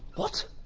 what!